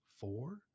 four